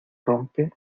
rompe